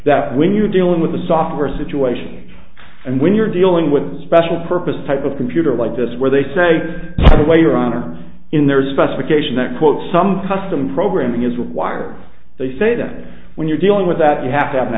that when you're dealing with a software situation and when you're dealing with a special purpose type of computer like this where they say the way your honor in their specification that quote some custom programming is required they say that when you're dealing with that you have to have